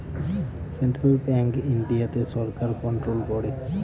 central bank ইন্ডিয়াতে সরকার control করে